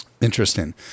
Interesting